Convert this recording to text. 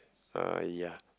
uh ya